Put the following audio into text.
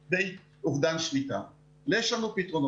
על פי מה שידוע לנו,